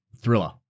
thriller